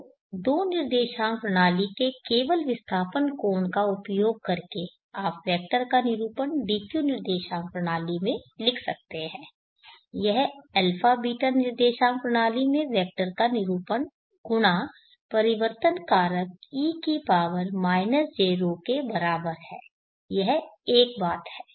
तो दो निर्देशांक प्रणाली के केवल विस्थापन कोण का उपयोग करके आप वेक्टर का निरूपण d q निर्देशांक प्रणाली में लिख सकते हैं यह α β निर्देशांक प्रणाली में वेक्टर का निरूपण गुणा परिवर्तन कारक e की पावर jρ के बराबर है यह एक बात है